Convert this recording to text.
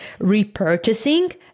repurchasing